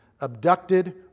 abducted